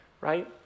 right